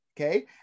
okay